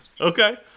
Okay